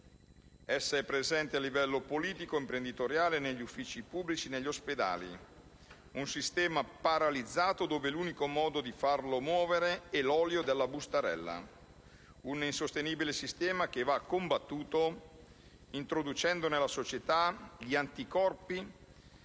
è presente a livello politico e imprenditoriale, negli uffici pubblici e negli ospedali: un sistema paralizzato e l'unico modo per farlo muovere è l'olio della bustarella. Un insostenibile sistema che va combattuto introducendo nella società gli anticorpi